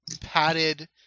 padded